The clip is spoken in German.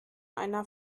einer